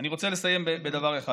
אני רוצה לסיים בדבר אחד.